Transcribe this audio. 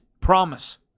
Promise